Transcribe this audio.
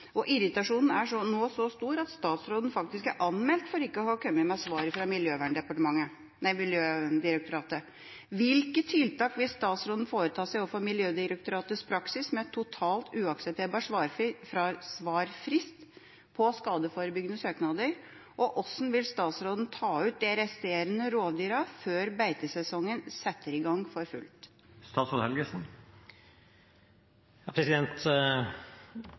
Irritasjonen er nå så stor at statsråden faktisk er anmeldt for ikke å ha kommet med svar fra Miljødirektoratet. Hvilke tiltak vil statsråden foreta seg overfor Miljødirektoratets praksis med totalt uakseptabel svarfrist på søknader om skadeforebyggende fellingstillatelser? Og hvordan vil statsråden ta ut de resterende rovdyrene før beitesesongen setter i gang for